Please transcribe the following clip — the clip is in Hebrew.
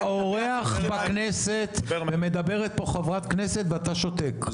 אתה אורח בכנסת ומדברת פה חברת כנסת ואתה שותק,